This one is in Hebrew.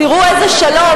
תראו איזה שלום,